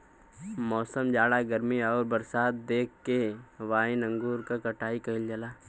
मौसम, जाड़ा गर्मी आउर बरसात देख के वाइन अंगूर क कटाई कइल जाला